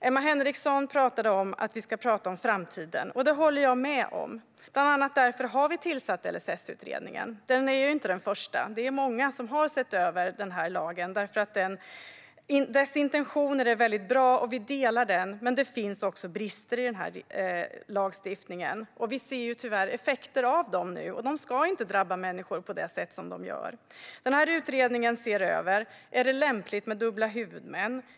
Emma Henriksson sa att vi ska prata om framtiden. Det håller jag med om. Bland annat därför har vi tillsatt LSS-utredningen. Den är inte den första. Det är många som har sett över den här lagen därför att dess intentioner är väldigt bra, och vi delar dem, men det finns också brister i lagstiftningen. Vi ser tyvärr effekter av dem nu, och de ska inte drabba människor på det sätt som de gör. Den här utredningen ser över följande: Är det lämpligt med dubbla huvudmän?